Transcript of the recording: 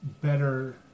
better